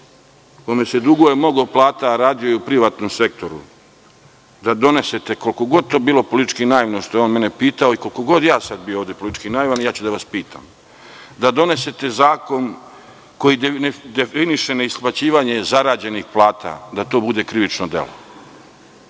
kome se duguje mnogo plata, a radio je u privatnom sektoru, koliko god to bilo politički naivno što je on mene pitao i koliko god ja sada bio ovde politički naivan, ja ću da vas pitam da donesete zakon koji definiše ne isplaćivanje zarađenih plata, da to bude krivično delo.